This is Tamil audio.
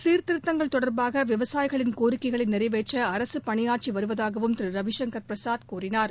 சீர்திருத்தங்கள் தொடர்பாக விவசாயிகளின் கோரிக்கைகளை நிரைவேற்ற அரசு பணியாற்றி வருவதாகவும் திரு ரவிசங்கர் பிரசாத் கூறினார்